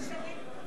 חמש שנים.